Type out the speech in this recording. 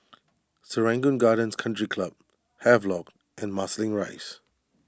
Serangoon Gardens Country Club Havelock and Marsiling Rise